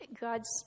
God's